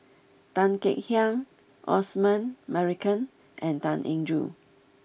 Tan Kek Hiang Osman Merican and Tan Eng Joo